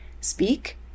speak